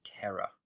terror